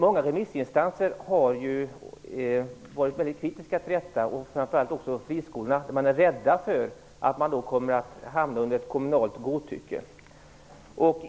Många remissinstanser har varit väldigt kritiska till detta. Framför allt gäller det friskolorna själva, där man är rädd att hamna under ett kommunalt godtycke.